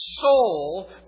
soul